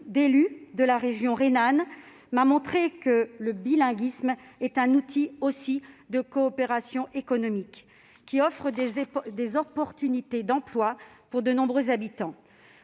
d'élue de la région rhénane m'a montré que le bilinguisme est aussi un outil de coopération économique, qui offre des possibilités d'emploi pour de nombreux habitants.